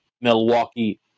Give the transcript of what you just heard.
Milwaukee